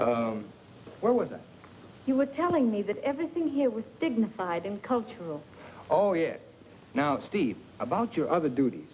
where was it you were telling me that everything here was dignified and cultural oh yes now steve about your other dut